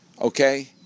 Okay